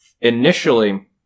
initially